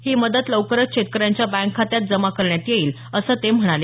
ही मदत लवकरच शेतकऱ्यांच्या बँक खात्यात जमा करण्यात येईल असं ते म्हणाले